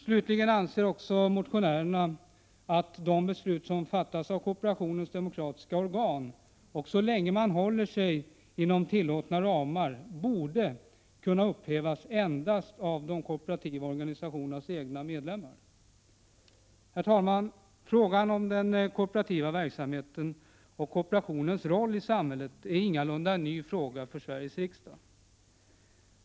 Slutligen anser motionärerna också att de beslut som fattas av kooperationens demokratiska organ borde kunna upplösas endast av de kooperativa organisationernas egna medlemmar så länge man håller sig inom tillåtna ramar. Herr talman! Frågan om den kooperativa verksamheten och kooperationens roll i samhället är ingalunda en ny fråga för Sveriges riksdag.